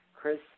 Chris